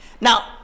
now